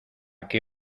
qué